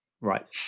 right